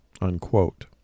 unquote